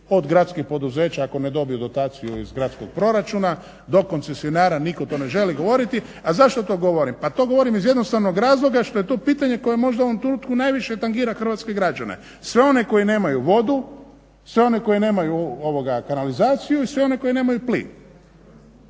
od gradskih poduzeća ako ne dobiju dotaciju iz gradskog proračuna do koncesionara nitko to ne želi. A zašto to govorim, pa to govorim iz jednostavnog razloga što je to pitanje koje možda u ovom trenutku najviše tangira hrvatske građane, sve one koji nemaju vodu, sve one koji nemaju kanalizaciju i sve one koji nemaju plin.